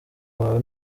wawe